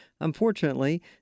Unfortunately